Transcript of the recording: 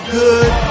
good